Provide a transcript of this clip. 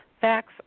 facts